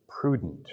prudent